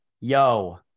yo